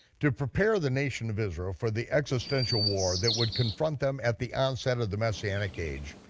to prepare the nation of israel for the existential war that would confront them at the onset of the messianic age,